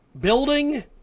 Building